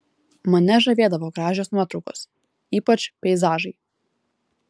mane žavėdavo gražios nuotraukos ypač peizažai